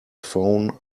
phone